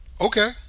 Okay